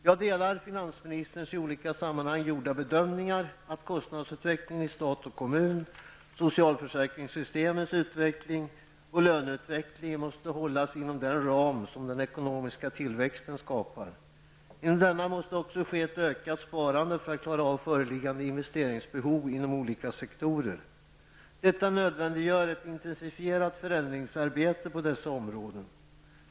Jag delar finansministerns i olika sammanhang gjorda bedömningar att kostnadsutvecklingen i stat och kommun, socialförsäkringssystemens utveckling och löneutvecklingen måste hållas inom den ram som den ekonomiska tillväxten skapar. Inom denna måste också ske ett ökat sparande för att klara av föreliggande investeringsbehov inom olika sektorer. Detta nödvändiggör ett intensifierat förändringsarbete på dessa områden.